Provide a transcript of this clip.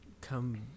come